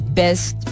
best